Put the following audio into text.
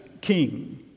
king